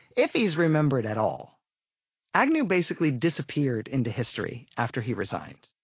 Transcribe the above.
if he's remembered at all agnew basically disappeared into history after he resigned.